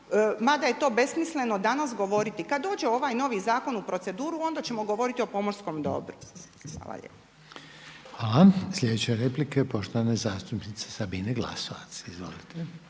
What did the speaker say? mada je to besmisleno danas govoriti. Kada dođe ovaj novi zakon u proceduru onda ćemo govoriti o pomorskom dobru. Hvala lijepo. **Reiner, Željko (HDZ)** Hvala. Sljedeća je replika poštovane zastupnice Sabine Glasovac.